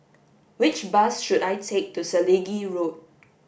which bus should I take to Selegie Road